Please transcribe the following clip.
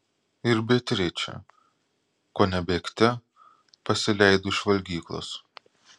ir beatričė kone bėgte pasileido iš valgyklos